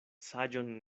saĝon